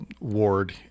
ward